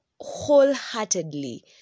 wholeheartedly